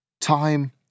Time